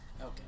Okay